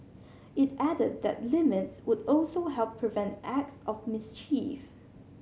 it added that the limits would also help prevent acts of mischief